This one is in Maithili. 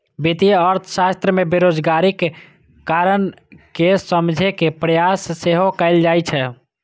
वित्तीय अर्थशास्त्र मे बेरोजगारीक कारण कें समझे के प्रयास सेहो कैल जाइ छै